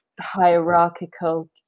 Hierarchical